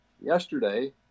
yesterday